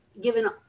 given